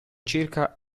circa